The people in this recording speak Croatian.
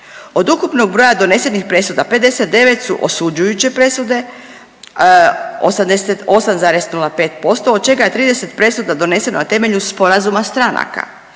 Od ukupnog broja donesenih presuda 59 su osuđujuće presude 88,05%, od čega je 30 presuda doneseno na temelju sporazuma stranaka.